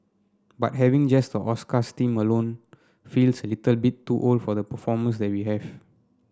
but having just the Oscars theme alone feels a little bit too old for the performers that we have